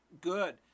good